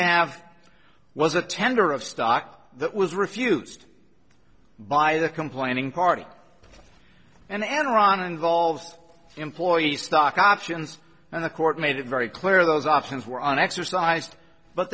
have was a tender of stock that was refused by the complaining party and enron involved employee stock options and the court made it very clear those options were on exercised but